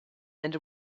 and